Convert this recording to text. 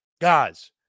Guys